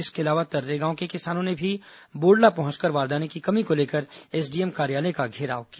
इसके अलावा तर्रेगांव के किसानों ने भी बोड़ला पहुंचकर बारदाने की कमी को लेकर एसडीएम कार्यालय का घेराव किया